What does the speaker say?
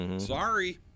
Sorry